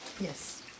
Yes